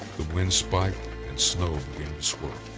the winds spiked and snow began to swirl.